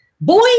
Boy